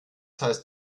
heißt